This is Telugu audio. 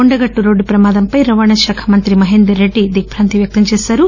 కొండగట్టు రోడ్డు ప్రమాదంపై రవాణా శాఖ మంత్రి మహేందర్రెడ్డి దిగ్బాంతి వ్యక్తం చేశారు